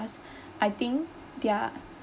I think their